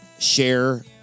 Share